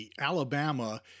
Alabama